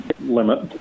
limit